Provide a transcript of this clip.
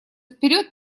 вперед